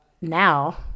now